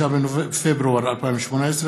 5 בפברואר 2018,